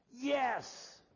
Yes